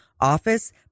office